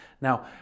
Now